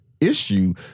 issue